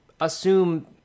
assume